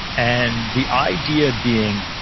and the idea being,